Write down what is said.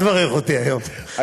אל תברך אותי היום,